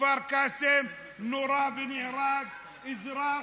בכפר קאסם נורה ונהרג אזרח.